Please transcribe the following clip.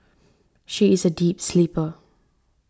she is a deep sleeper